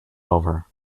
over